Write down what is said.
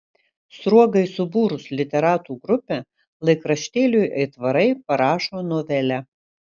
sruogai subūrus literatų grupę laikraštėliui aitvarai parašo novelę